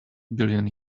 billion